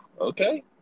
okay